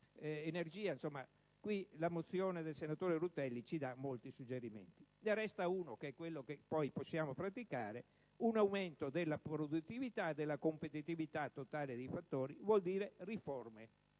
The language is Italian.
quali la mozione del senatore Rutelli ci dà molti suggerimenti. Resta un intervento che possiamo praticare: un aumento della produttività e della competitività totale dei fattori vuol dire riforme,